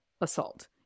assault